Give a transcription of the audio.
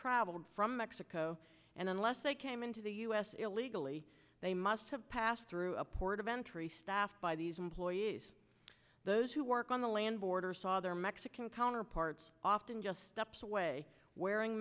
traveled from mexico and unless they came into the u s illegally they must have passed through a port of entry staffed by these employees those who work on the land border saw their mexican counterparts often just steps away wearing